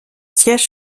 siège